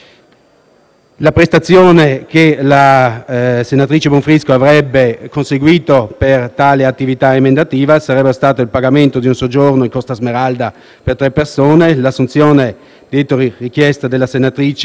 Le prestazioni che la senatrice Bonfrisco avrebbe conseguito per tale attività emendativa sarebbero state il pagamento di un soggiorno in Costa Smeralda per tre persone; l'assunzione, dietro richiesta della senatrice,